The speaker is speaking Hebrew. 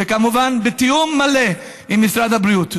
וכמובן בתיאום מלא עם משרד הבריאות.